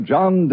John